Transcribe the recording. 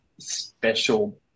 special